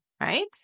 Right